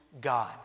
God